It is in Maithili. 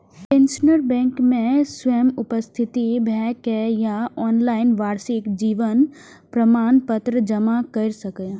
पेंशनर बैंक मे स्वयं उपस्थित भए के या ऑनलाइन वार्षिक जीवन प्रमाण पत्र जमा कैर सकैए